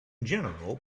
general